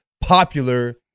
popular